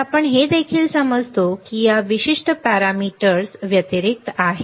तर आपण हे देखील समजतो की या विशिष्ट पॅरामीटर्स व्यतिरिक्त आहेत